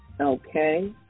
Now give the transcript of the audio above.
okay